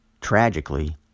tragically